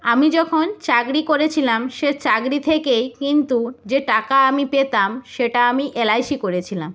আমি যখন চাকরি করেছিলাম সে চাকরি থেকেই কিন্তু যে টাকা আমি পেতাম সেটা আমি এলআইসি করেছিলাম